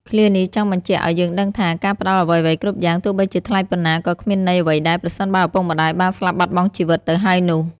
ឃ្លានេះ ចង់បញ្ជាក់អោយយើងដឹងថា ការផ្តល់អ្វីៗគ្រប់យ៉ាង ទោះបីជាថ្លៃប៉ុណ្ណា ក៏គ្មានន័យអ្វីដែរ ប្រសិនបើឪពុកម្តាយបានស្លាប់បាត់បង់ជីវិតទៅហើយនោះ។